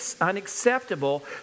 unacceptable